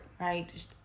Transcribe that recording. Right